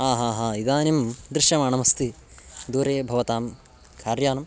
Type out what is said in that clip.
आ हा हा इदानीं दृश्यमानमस्ति दूरे भवतां कार्यानम्